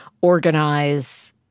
organize